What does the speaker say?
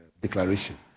declaration